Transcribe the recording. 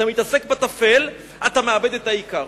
אתה מתעסק בטפל ואתה מאבד את העיקר.